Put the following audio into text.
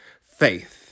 faith